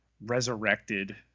resurrected